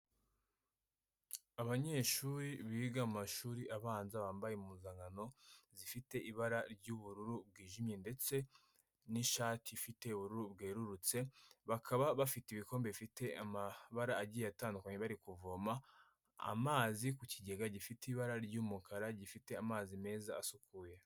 Abanyeshuri biga amashuri abanza bambaye impuzankano zifite ibara ry'ubururu bwijimye ndetse n'ishati ifite ubururu bwerurutse, bakaba bafite ibikombe bifite amabara agiye atandukanye bari kuvoma amazi ku kigega gifite ibara ry'umukara, gifite amazi meza asukuye.